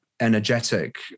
energetic